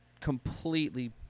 completely